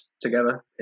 together